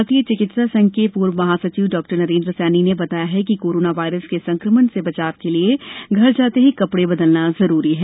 भारतीय चिकित्सा संघ के पूर्व महासचिव डॉक्टर नरेन्द्र सैनी ने बताया है कि कोरोना वायरस के संकमण से बचाव के लिये घर जाते ही कपड़े बदलना जरूरी है